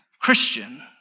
Christian